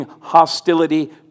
hostility